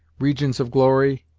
regions of glory,